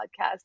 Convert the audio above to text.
podcast